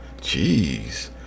jeez